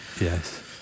Yes